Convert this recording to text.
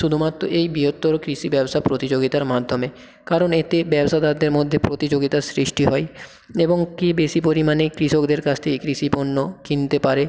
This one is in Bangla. শুধুমাত্র এই বৃহত্তর কৃষি ব্যবসা প্রতিযোগিতার মাধ্যমে কারণ এতে ব্যবসাদারদের মধ্যে প্রতিযোগিতার সৃষ্টি হয় এবং কে বেশি পরিমাণে কৃষকদের কাছ থেকে কৃষি পণ্য কিনতে পারে